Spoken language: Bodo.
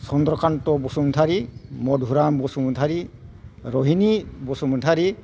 सनद्रखान्थ बसुमातारि मधुराम बसुमातारि रहिनि बसुमातारि